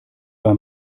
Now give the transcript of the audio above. bei